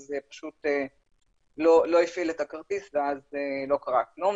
פשוט לא הפעיל את הכרטיס ואז לא קרה כלום.